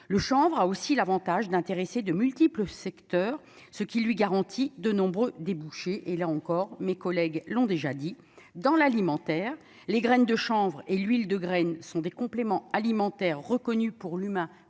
le chanvre a aussi l'Avantage d'intéresser de multiples secteurs, ce qui lui garantit de nombreux débouchés et là encore, mes collègues l'ont déjà dit dans l'alimentaire, les graines de chanvre et l'huile de graines sont des compléments alimentaires reconnu pour l'humain,